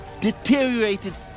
deteriorated